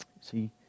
See